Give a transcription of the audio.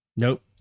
Nope